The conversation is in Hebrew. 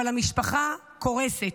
אבל המשפחה קורסת.